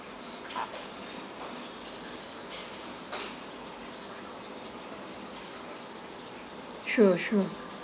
sure sure